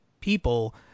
people